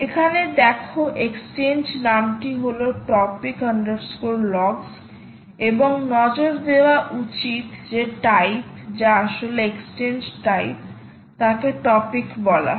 এখানে দেখো এক্সচেঞ্জ নামটি হল টপিক লগস topic logs এবং নজর দেওয়া উচিত যে টাইপ যা আসলে এক্সচেঞ্জ টাইপ তাকে টপিক বলা হয়